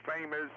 famous